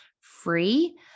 free